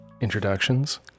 introductions